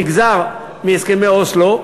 שנגזר מהסכמי אוסלו,